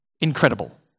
incredible